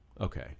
Okay